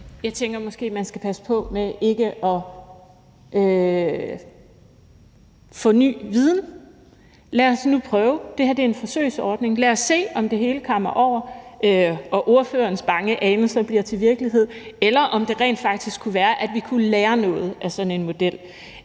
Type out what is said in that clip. Jeg tænker, man måske skal passe på med ikke at få ny viden. Lad os nu prøve. Det her er en forsøgsordning. Lad os se, om det hele kammer over og ordførerens bange anelser bliver til virkelighed, eller om det rent faktisk kunne være, at vi kunne lære noget af sådan en model.